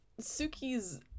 suki's